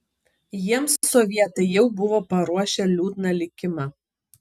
jiems sovietai jau buvo paruošę liūdną likimą